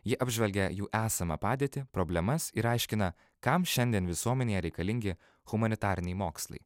ji apžvelgia jų esamą padėtį problemas ir aiškina kam šiandien visuomenėje reikalingi humanitariniai mokslai